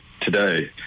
today